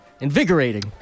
Invigorating